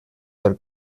del